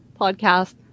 podcast